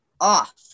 off